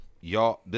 y'all